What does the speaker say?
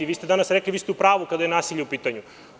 Vi ste danas rekli – vi ste u pravu kada je nasilje u pitanju.